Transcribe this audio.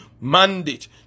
mandate